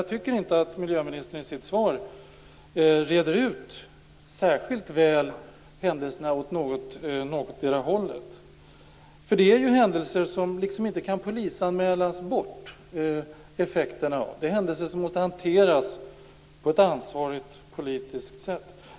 Jag tycker inte att miljöministern i sitt svar reder ut händelserna särskilt väl åt någotdera hållet. Det här är ju händelser som man inte kan polisanmäla bort effekterna av. Det är händelser som måste hanteras på ett ansvarsfullt politiskt sätt.